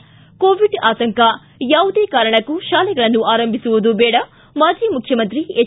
ಿಗಿ Covid ಆತಂಕ ಯಾವುದೇ ಕಾರಣಕ್ಕೂ ಶಾಲೆಗಳನ್ನು ಆರಂಭಿಸುವುದು ಬೇಡ ಮಾಜಿ ಮುಖ್ಯಮಂತ್ರಿ ಎಚ್